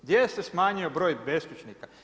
Gdje se smanjio broj beskućnika?